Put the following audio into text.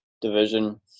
Division